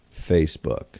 Facebook